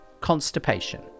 Constipation